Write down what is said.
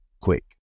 quick